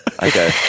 Okay